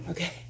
Okay